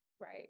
right